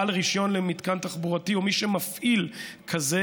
בעל רישיון למתקן תחבורתי או מי שמפעיל כזה